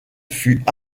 fut